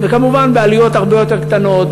וכמובן בעלויות הרבה יותר נמוכות,